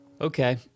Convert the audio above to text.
Okay